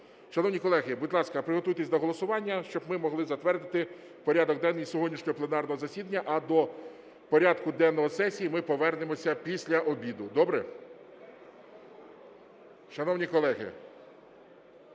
Шановні колеги, будь ласка, приготуйтесь до голосування, щоб ми могли затвердити порядок денний сьогоднішнього пленарного засідання, а до порядку денного сесії ми повернемося після обіду. Добре? Шановні колеги,